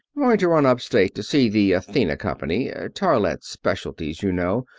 going to run up-state to see the athena company toilette specialties, you know.